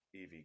EV